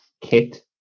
kit